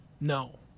No